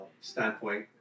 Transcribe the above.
standpoint